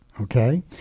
Okay